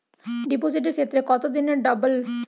ডিপোজিটের ক্ষেত্রে কত দিনে ডবল?